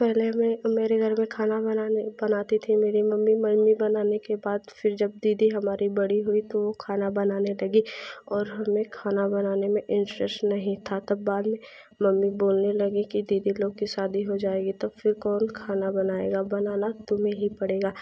पहले हमें मेरे घर में खाना बनाने बनाती थी मेरी मम्मी मम्मी बनाने के बाद फ़िर जब दीदी हमारी बड़ी हुई तो वो खाना बनाने लगी और हमें खाना बनाने में इन्ट्रेस्ट नहीं था तब बाद में मम्मी बोलने लगी की दीदी लोग की शादी हो जाएगी तो फ़िर कौन खाना बनाएगा बनाना तुम्हें ही पड़ेगा